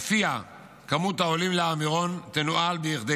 שלפיה כמות העולים להר מירון תנוהל כדי